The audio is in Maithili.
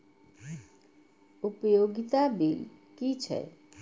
उपयोगिता बिल कि छै?